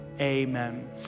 Amen